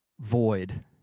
void